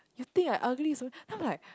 you think I ugly also then I'm like